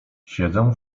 siedzę